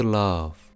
love